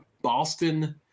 Boston